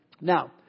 Now